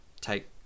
take